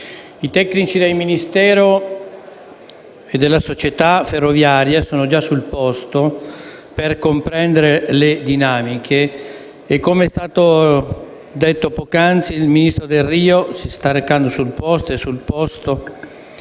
I tecnici del Ministero e della società ferroviaria sono già sul posto per comprendere le dinamiche e, come è stato detto poc'anzi, il ministro Delrio è sul posto per